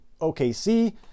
OKC